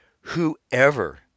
whoever